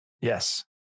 yes